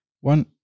one